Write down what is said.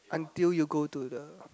until you go to the